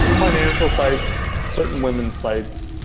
and financial sites, certain women sites.